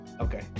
Okay